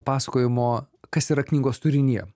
pasakojimo kas yra knygos turinyje